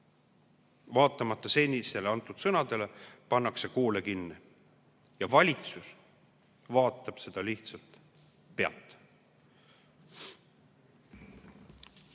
Vaatamata seni antud sõnadele pannakse koole kinni ja valitsus vaatab seda lihtsalt pealt.